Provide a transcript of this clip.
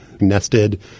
nested